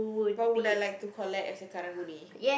why would I like to collect as a karang-guni